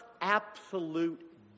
absolute